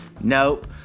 Nope